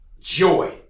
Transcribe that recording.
joy